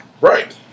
right